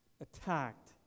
attacked